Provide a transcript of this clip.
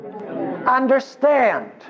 understand